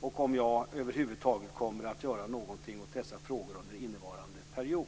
och om jag över huvud taget kommer att göra någonting åt dessa frågor under innevarande period.